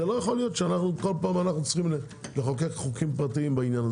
לא יכול להיות שכל פעם אנו צריכים לחוקק חוקים פרטים בעניין.